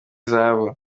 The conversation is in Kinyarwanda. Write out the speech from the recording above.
zahabu